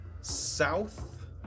south